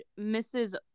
Mrs